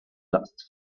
last